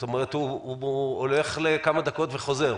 זאת אומרת, הוא ובו הולך לכמה דקות וחוזר.